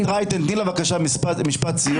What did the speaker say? חברת הכנסת רייטן, תני לה בבקשה משפט סיום.